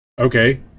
okay